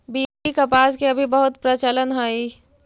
BT कपास के अभी बहुत प्रचलन हई